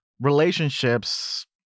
relationships